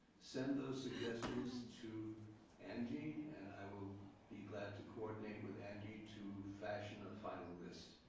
send those suggestions to angie and i will be glad to coordinate with angie to fashion a final list.